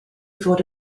fod